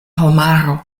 homaro